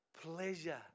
pleasure